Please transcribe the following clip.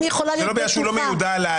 איך אני יכולה להיות בטוחה?